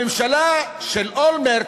הממשלה של אולמרט,